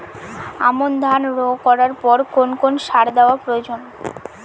আমন ধান রোয়া করার পর কোন কোন সার দেওয়া প্রয়োজন?